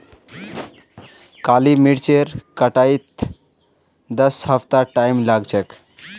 काली मरीचेर कटाईत दस हफ्तार टाइम लाग छेक